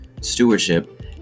stewardship